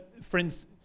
friends